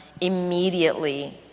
Immediately